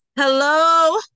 hello